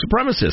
supremacists